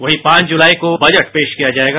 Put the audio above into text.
वहीं पांच जुलाई को बजट पेश किया जाएगा